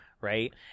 Right